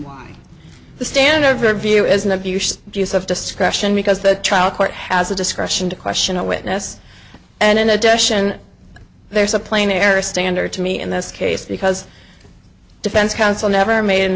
with the stand over view as an abuse do use of discretion because the trial court has the discretion to question a witness and in addition there's a plain error standard to me in this case because defense counsel never made an